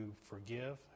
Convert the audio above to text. forgive